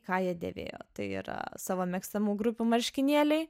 ką jie dėvėjo tai yra savo mėgstamų grupių marškinėliai